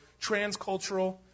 transcultural